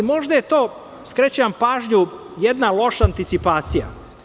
Možda je to, skrećem vam pažnju, jedna loša anticipacija.